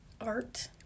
Art